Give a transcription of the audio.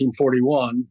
1941